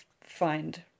find